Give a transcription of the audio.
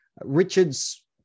Richards